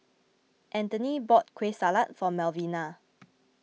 Anthoney bought Kueh Salat for Malvina